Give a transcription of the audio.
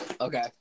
Okay